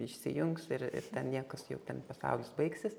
išsijungs ir ten niekas jau ten pasaulis baigsis